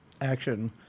action